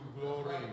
glory